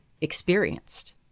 experienced